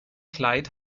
kleid